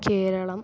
Keralam